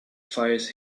fires